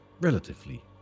relatively